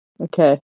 Okay